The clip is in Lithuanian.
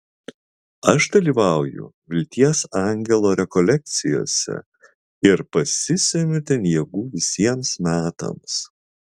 aš dalyvauju vilties angelo rekolekcijose ir pasisemiu ten jėgų visiems metams